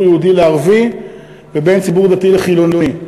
יהודי לערבי ובין ציבור דתי לחילוני.